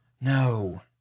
No